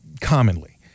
commonly